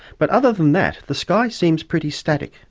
but other than that, the sky seems pretty static,